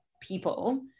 people